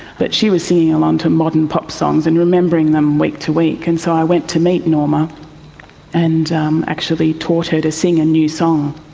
but she was singing along to modern pop songs and remembering them week to week. and so i went to meet norma and actually taught her to sing a new song.